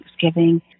Thanksgiving